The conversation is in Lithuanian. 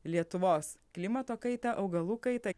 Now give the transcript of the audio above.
lietuvos klimato kaitą augalų kaitą